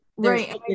right